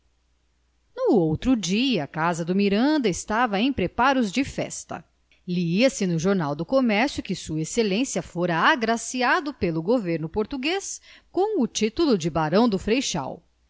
no outro dia a casa do miranda estava em preparos de festa lia-se no jornal do comércio que sua excelência fora agraciado pelo governo português com o titulo de barão do freixal